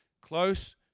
close